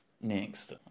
next